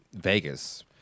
Vegas